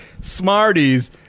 Smarties